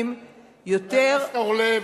חבר הכנסת אורלב,